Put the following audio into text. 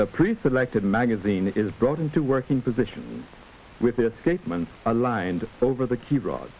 other pre selected magazine is brought into working position with the statement aligned over the key ro